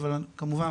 אבל כמובן,